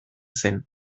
zen